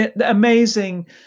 amazing